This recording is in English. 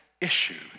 issue